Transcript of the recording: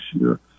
year